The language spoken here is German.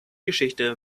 geschichte